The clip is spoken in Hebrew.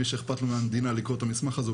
מי שאכפת לו מהמדינה לקרוא את המסמך הזה,